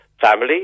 family